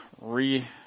re